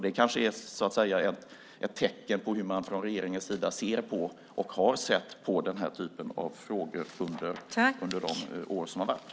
Det är kanske ett tecken på hur man från regeringens sida ser på och har sett på den här typen av frågor under de år som har gått.